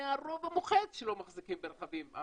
והרוב המוחץ לא מחזיקים ברכבים,